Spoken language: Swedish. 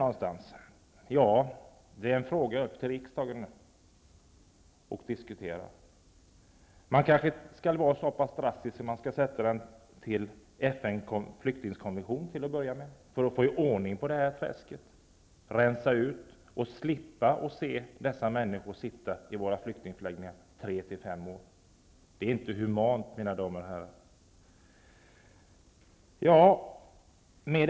Det är en fråga som det är upp till riksdagen att diskutera. Man kanske skall vara så pass drastisk att man till att börja med skall sätta gränsen på samma nivå som i FN:s flyktingkommission för att få ordning på det här träsket. Man kan då rensa, och människor skulle slippa sitta i våra flyktingförläggningar tre till fem år. Det är inte humant, mina damer och herrar. Herr talman!